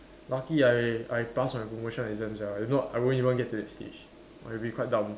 lucky ah I I pass my promotion exams ah if not I won't even get to that stage it will be quite dumb